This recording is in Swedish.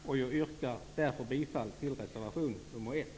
Jag yrkar därför bifall till reservation nr 1.